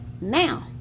now